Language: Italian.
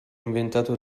inventato